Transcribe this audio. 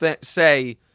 say